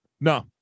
No